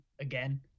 again